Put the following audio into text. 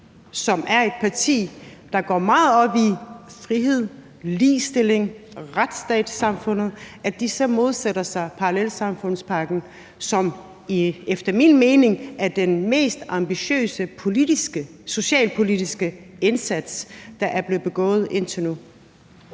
som er et parti, der går meget op i frihed, ligestilling og retsstatssamfund, modsætter sig parallelsamfundspakken, som efter min mening er den mest ambitiøse socialpolitiske indsats, der er blevet begået indtil nu.